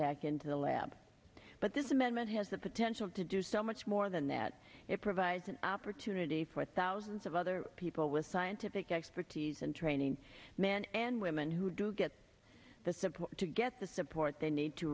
back into the lab but this amendment has the potential to do so much more than that it provides an opportunity for thousands of other people with scientific expertise and training men and women who do get the support to get the support they need to